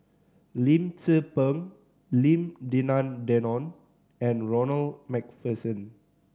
Lim Tze Peng Lim Denan Denon and Ronald Macpherson